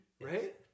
Right